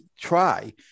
try